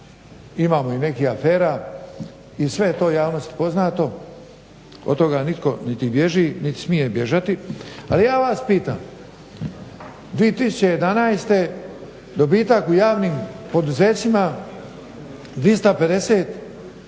imamo i nekih afera i sve je to javnosti poznato, od toga nitko niti bježi niti smije bježati. Ali ja vas pitam, 2011. dobitak u javnim poduzećima 550 milijuna